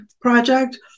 project